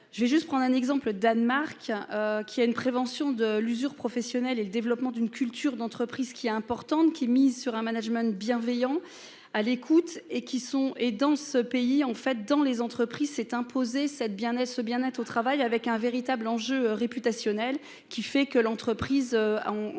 Je vais juste prendre un exemple le Danemark. Qui a une prévention de l'usure professionnelle et le développement d'une culture d'entreprise qui est importante, qui mise sur un management bienveillant à l'écoute et qui sont et, dans ce pays en fait dans les entreprises s'est imposé cette bien est-ce ce bien-être au travail avec un véritable enjeu réputationnel qui fait que l'entreprise. Entre